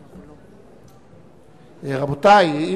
רבותי,